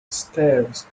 stairs